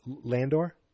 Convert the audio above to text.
Landor